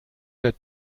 der